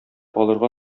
алырга